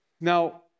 Now